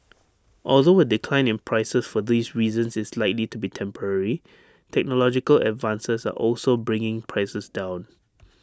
although A decline in prices for these reasons is likely to be temporary technological advances are also bringing prices down